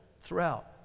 throughout